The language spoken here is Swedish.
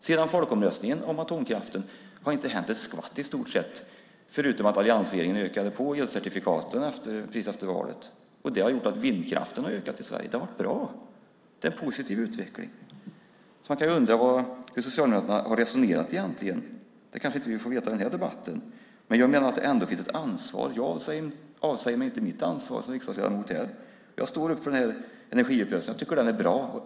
Sedan folkomröstningen om atomkraften har det i stort sett inte hänt ett skvatt, förutom att alliansregeringen ökade på elcertifikaten precis efter valet. Det har gjort att vindkraften har ökat i Sverige. Det har varit bra. Det är en positiv utveckling. Man kan undra hur Socialdemokraterna har resonerat egentligen. Det kanske vi inte får veta under den här debatten, men jag menar att det ändå finns ett ansvar. Jag avsäger mig inte mitt ansvar som riksdagsledamot här. Jag står upp för den här energiuppgörelsen. Jag tycker att den är bra.